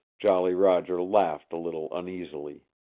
jolly roger laughed a little uneasily.